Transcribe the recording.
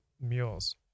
mules